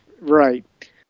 Right